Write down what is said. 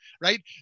right